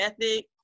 ethic